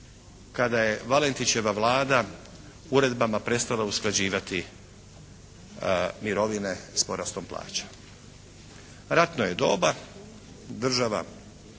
kada je Valentićeva vlada uredbama prestala usklađivati mirovine s porastom plaća. Ratno je doba, država